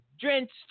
drenched